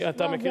אתה מכיר?